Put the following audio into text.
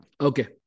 Okay